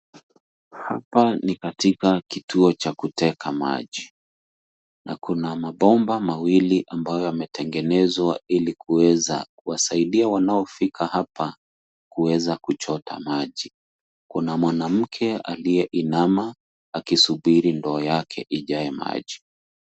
Hapa ni katika kituo cha kuteka maji na kuna mabomba mawili ambayo yametengenezwa ili kuweza kuwasaidia wanaofika hapa kuweza kuchota maji. Kuna mwanamke aliyeinama akisubiri ndoo yake ijae maji.